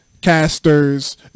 casters